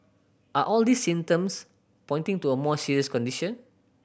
are all these symptoms pointing to a more serious condition